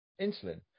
insulin